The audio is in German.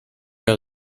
mehr